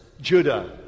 Judah